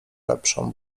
lepszą